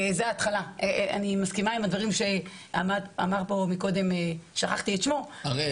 אני מסכימה עם הדברים שאמר פה מקודם הראל